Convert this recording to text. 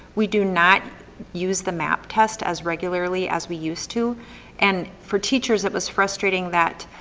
we do not use the map test as regularly as we used to and for teachers it was frustrating that,